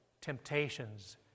temptations